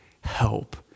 help